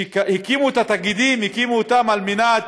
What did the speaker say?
כשהקימו את התאגידים, הקימו אותם על מנת